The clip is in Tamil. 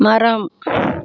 மரம்